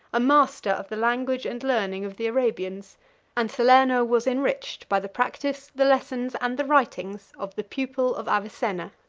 a master of the language and learning of the arabians and salerno was enriched by the practice, the lessons, and the writings of the pupil of avicenna.